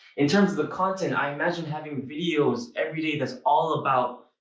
in terms of the content, i imagine having videos every day that's all about,